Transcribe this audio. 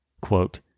quote